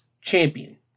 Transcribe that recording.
champion